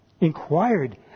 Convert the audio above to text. inquired